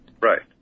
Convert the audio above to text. Right